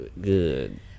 good